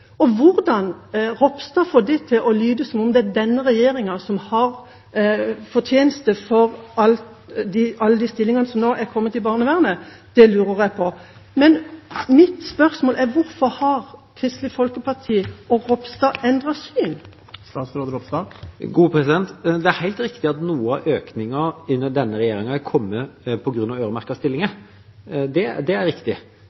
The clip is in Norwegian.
kommunene. Hvordan statsråd Ropstad får det til å lyde som om det er denne regjeringas fortjeneste at alle de stillingene nå er kommet i barnevernet, lurer jeg på. Men mitt spørsmål er: Hvorfor har Kristelig Folkeparti og Ropstad endret syn? Det er helt riktig at noe av økningen under denne regjeringa har kommet på grunn av øremerkede stillinger. Det er riktig.